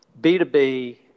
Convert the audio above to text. B2B